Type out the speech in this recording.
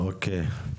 אוקי,